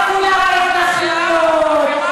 שכולה מיועדת להתנחלויות,